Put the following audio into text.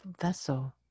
vessel